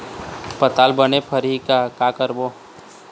पताल बने फरही का करबो?